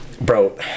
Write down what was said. bro